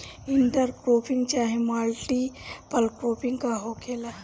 Inter cropping चाहे multiple cropping का होखेला?